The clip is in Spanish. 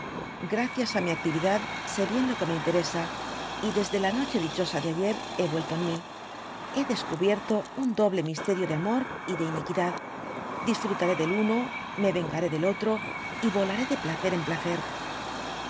gracias á mi actividad sé bien lo que me interesa y desde la noche dichosa de ayer hé yuelto en mi bé descubierto un doble misterio de amor y de iniquidad disfrutaré del uno me vengaré del otro i y volaré de placer en placer